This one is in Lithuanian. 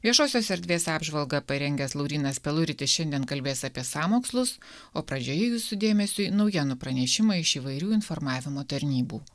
viešosios erdvės apžvalgą parengęs laurynas peluritis šiandien kalbės apie sąmokslus o pradžioje jūsų dėmesiui naujienų pranešimai iš įvairių informavimo tarnybų